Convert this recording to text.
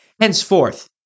henceforth